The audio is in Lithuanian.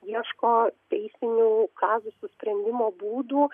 ieško teisinių kazusų sprendimo būdų